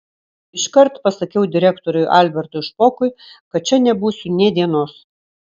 iškart pasakiau direktoriui albertui špokui kad čia nebūsiu nė dienos